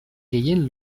gehien